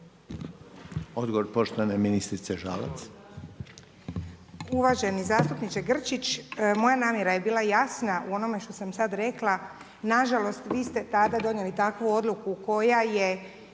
Odgovor poštovane ministrice Žalac.